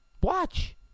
Watch